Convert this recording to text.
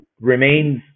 remains